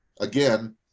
again